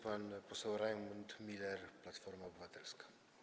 Pan poseł Rajmund Miller, Platforma Obywatelska.